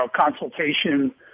consultation